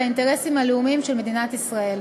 בין היתר,